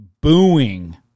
booing